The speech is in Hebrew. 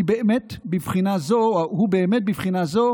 הוא באמת בבחינה זו